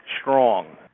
strong